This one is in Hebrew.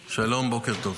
שלום, בוקר טוב.